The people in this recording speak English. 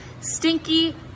stinky